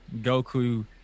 Goku